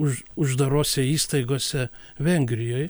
už uždarose įstaigose vengrijoj